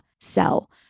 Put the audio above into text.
sell